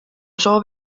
soov